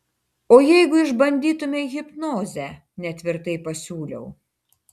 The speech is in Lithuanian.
o jeigu išbandytumei hipnozę netvirtai pasiūliau